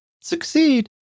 succeed